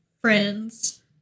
friends